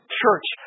church